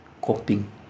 coping